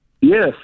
Yes